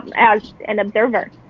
as an observer.